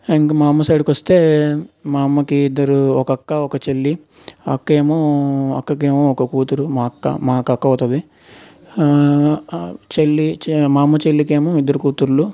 ఇంక మా అమ్మ సైడ్కు వస్తే మా అమ్మకి ఇద్దరు ఒక అక్క ఒక చెల్లి అక్క ఏమో అక్కకు ఏమో ఒక కూతురు మా అక్క మాకు అక్క అవుతుంది చె చెల్లి మా అమ్మ చెల్లికి ఏమో ఇద్దరు కూతుళ్లు